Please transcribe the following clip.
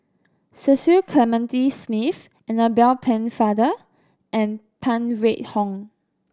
Cecil Clementi Smith Annabel Pennefather and Phan Wait Hong